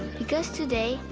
because today,